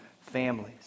families